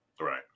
Right